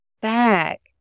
back